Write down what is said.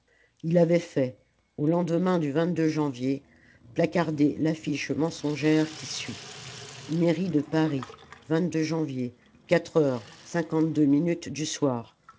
il avait fait au lendemain du janvier placarder l'affiche mensongère qui suit rie de aris janvier quatre heures cinquante-deux minutes du soir